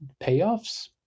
payoffs